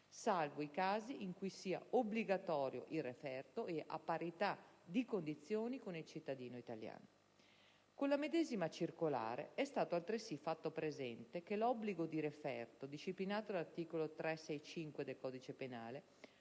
salvi i casi in cui sia obbligatorio il referto, a parità di condizioni con il cittadino italiano. Con la medesima circolare è stato altresì fatto presente che l'obbligo di referto, disciplinato all'articolo 365 del codice penale,